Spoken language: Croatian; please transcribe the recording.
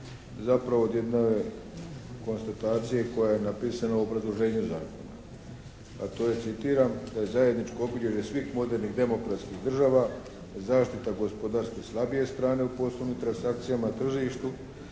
zapravo od jedne konstatacije koja je napisana u obrazloženju zakona, a to je citiram: “zajedničko obilježje svih modernih demokratskih država, zaštita gospodarski slabije strane u poslovnim transakcijama, tržištu,